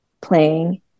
playing